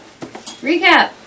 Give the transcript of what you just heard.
Recap